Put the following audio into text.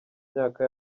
myaka